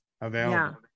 available